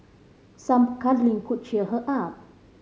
some cuddling could cheer her up